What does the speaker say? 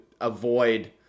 avoid